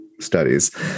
studies